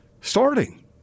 starting